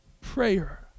Prayer